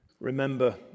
remember